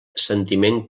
sentiment